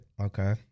Okay